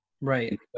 right